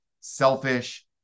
selfish